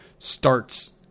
Starts